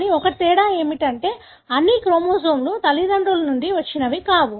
కానీ ఒకే తేడా ఏమిటంటే అన్ని క్రోమోజోములు తల్లిదండ్రుల నుండి వచ్చినవి కావు